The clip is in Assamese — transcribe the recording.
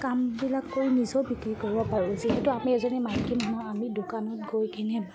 কামবিলাক কৰি নিজেও বিক্ৰী কৰিব পাৰোঁ যিহেতু আমি এজনী মাইকী নহয় আমি দোকানত গৈ কিনে